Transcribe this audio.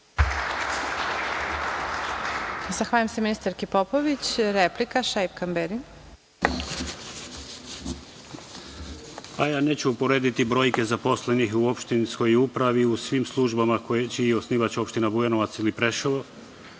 Zahvaljujem se ministarki Popović. Replika, Šaip Kamberi. **Šaip Kamberi** Ja neću uporediti brojke zaposlenih u opštinskoj upravi u svim službama koje je osnivač opština Bujanovac ili Preševo,